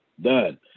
Done